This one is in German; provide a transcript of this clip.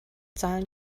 zahlen